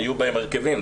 היו בהן הרכבים,